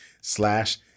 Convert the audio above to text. slash